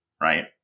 right